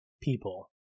people